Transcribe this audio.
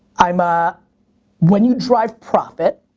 um ah when you drive profit,